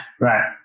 Right